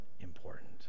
important